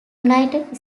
united